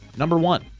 number one,